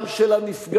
גם של הנפגע,